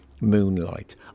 moonlight